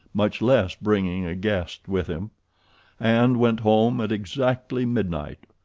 much less bringing a guest with him and went home at exactly midnight,